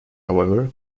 however